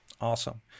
Awesome